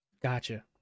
Gotcha